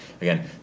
Again